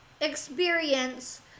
experience